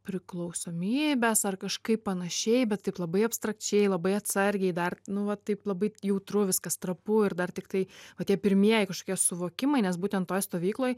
priklausomybes ar kažkaip panašiai bet taip labai abstrakčiai labai atsargiai dar nu va taip labai jautru viskas trapu ir dar tiktai o tie pirmieji kažkokie suvokimai nes būtent toj stovykloj